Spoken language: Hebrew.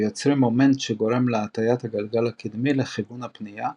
ויוצרים מומנט שגורם להטיית הגלגל הקדמי לכיוון הפנייה,